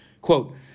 quote